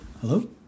Hello